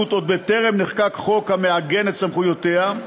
עוד בטרם נחקק חוק המעגן את סמכויותיה,